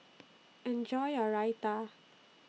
Enjoy your Raita